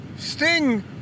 Sting